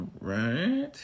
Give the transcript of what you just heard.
right